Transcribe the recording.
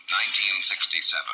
1967